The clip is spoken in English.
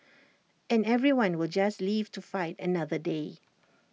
and everyone will just live to fight another day